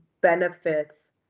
benefits